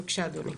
בבקשה, אדוני.